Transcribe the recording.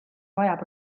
vajab